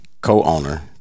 co-owner